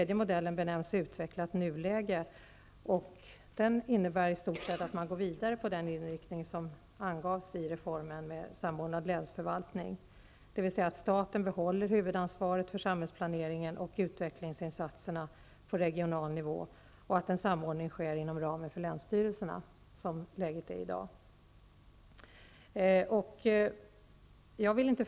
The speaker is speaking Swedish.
Den innebär i stort sett att man går vidare med den inriktning som angavs i reformen med samordnad länsförvaltning, dvs. att staten behåller huvudansvaret för samhällsplaneringen och utvecklingsinsatserna på regional nivå och att en samordning sker inom ramen för länsstyrelserna, som läget är i dag.